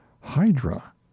hydra